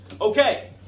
Okay